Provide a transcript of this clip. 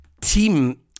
team